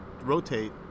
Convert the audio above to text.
rotate